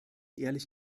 ehrlich